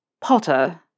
Potter